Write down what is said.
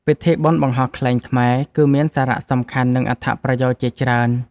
ពិធីបុណ្យបង្ហោះខ្លែងខ្មែរ គឹមានសារៈសំខាន់ និងអត្ថប្រយោជន៍ជាច្រើន។